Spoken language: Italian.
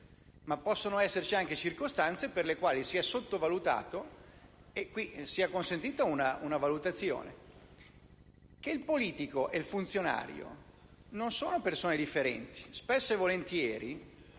Possono però esserci anche circostanze per cui si è sottovalutato - mi sia qui consentita una valutazione - che il politico e il funzionario non sono persone differenti; spesso e volentieri